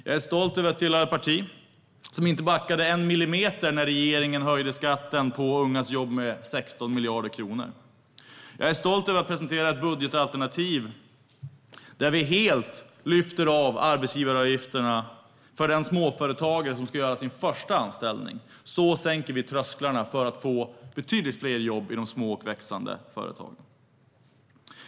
Jag är stolt över att tillhöra ett parti som inte backade en millimeter när regeringen höjde skatten på ungas jobb med 16 miljarder kronor. Jag är stolt över att presentera ett budgetalternativ där vi helt lyfter av arbetsgivaravgifterna för den småföretagare som ska göra sin första anställning. Så sänker vi trösklarna för att få betydligt fler jobb i de små och växande företagen.